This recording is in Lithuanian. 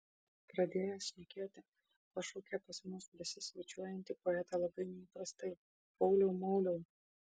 pradėjęs šnekėti pašaukė pas mus besisvečiuojantį poetą labai neįprastai pauliau mauliau